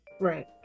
Right